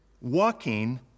walking